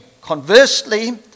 conversely